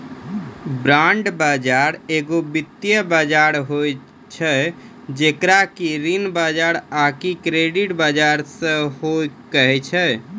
bond बजार एगो वित्तीय बजार होय छै जेकरा कि ऋण बजार आकि क्रेडिट बजार सेहो कहै छै